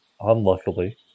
Unluckily